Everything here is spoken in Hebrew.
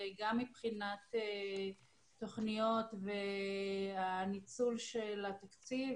גם מבחינת תוכניות והניצול של התקציב,